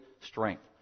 strength